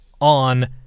on